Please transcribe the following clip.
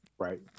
Right